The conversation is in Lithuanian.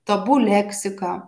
tabu leksika